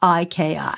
IKI